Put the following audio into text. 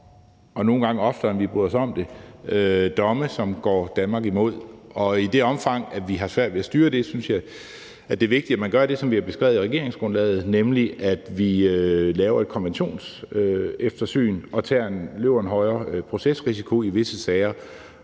og nogle gange oftere, end vi bryder os om – domme, som går Danmark imod. I det omfang vi har svært ved at styre det, synes jeg, det er vigtigt, at man gør det, som vi har beskrevet i regeringsgrundlaget, nemlig at vi laver et konventionseftersyn og løber en højere procesrisiko i visse sager